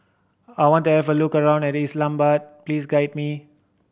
I want to have a look around Islamabad please guide me